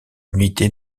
unité